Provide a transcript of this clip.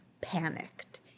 panicked